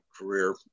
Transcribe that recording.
career